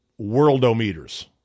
worldometers